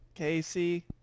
Casey